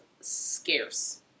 scarce